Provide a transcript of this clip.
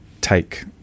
take